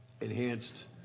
enhanced